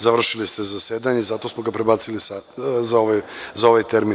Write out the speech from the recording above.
Završili ste zasedanje i zato smo ga prebacili za ovaj termin.